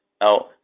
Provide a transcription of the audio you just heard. Now